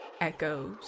echoes